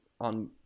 on